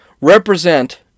represent